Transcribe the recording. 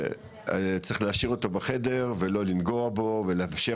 צריך להשאיר אותו בחדר ולא לנגוע בו ולאפשר